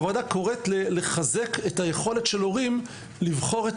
הוועדה קוראת לחזק את היכולת של הורים לבחור את